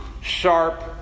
sharp